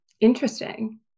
interesting